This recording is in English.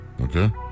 okay